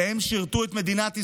הם שירתו את מדינת ישראל.